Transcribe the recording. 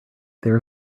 there